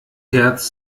herz